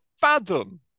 fathom